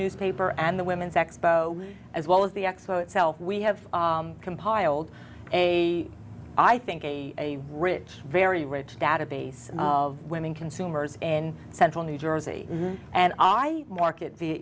newspaper and the women's expo as well as the expo itself we have compiled a i think a rich very rich database of women consumers in central new jersey and i market via